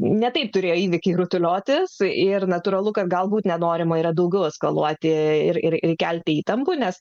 ne taip turėjo įvykiai rutuliotis ir natūralu kad galbūt nenorima yra daugiau eskaluoti ir ir kelti įtampų nes